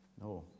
No